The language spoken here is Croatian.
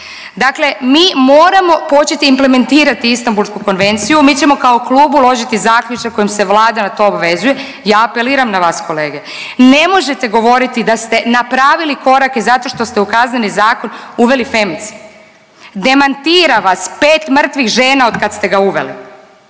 Dakle, mi moramo početi implementirati Istambulsku konvenciju. Mi ćemo kao klub uložiti zaključak kojim se Vlada na to obvezuje. Ja apeliram na vas kolege. Ne možete govoriti da ste napravili korake zato što ste u Kazneni zakon uveli femicid. Demantira vas pet mrtvih žena od kad ste ga uveli,